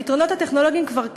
הפתרונות הטכנולוגיים כבר כאן.